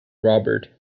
robert